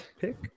pick